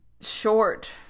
short